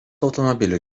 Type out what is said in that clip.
automobilių